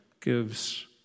gives